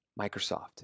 Microsoft